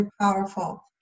powerful